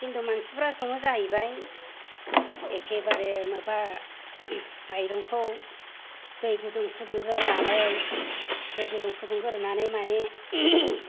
हिन्दु मानसिफोरा सङो जाहैबाय एखेबारे माबा माइरंखौ दै गुदुं फुदुंग्रोनानै माने